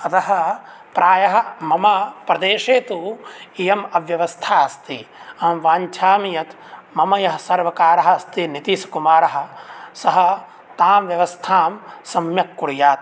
अतः प्रायः मम प्रदेशे तु इयम् अव्यवस्था अस्ति वाञ्छामि यत् मम यः सर्वकारः अस्ति नितीशकुमारः सः तां व्यवस्थां सम्यक् कुर्यात्